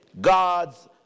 God's